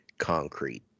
Concrete